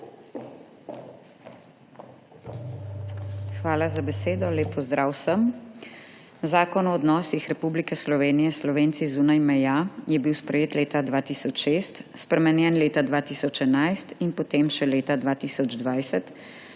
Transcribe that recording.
Hvala za besedo. Lep pozdrav vsem! Zakon o odnosih Republike Slovenije s Slovenci zunaj meja je bil sprejet leta 2006, spremenjen leta 2011 in potem še leta 2020